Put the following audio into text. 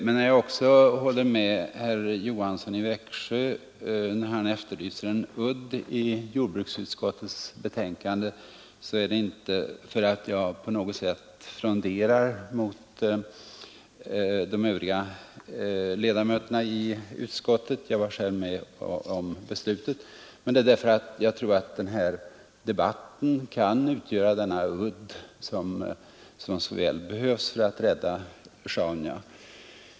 Men när jag också håller med herr Johansson i Växjö när han efterlyser en udd i jordbruksutskottets betänkande är det inte på något sätt därför att jag fronderar mot de Nr 133 övriga ledamöterna i utskottet — jag var själv med om beslutet — utan Onsdagen den därför att jag tror att debatten här kan utgöra ytterligare en udd som så 14 november 1973 väl behövs för att rädda Sjaunja.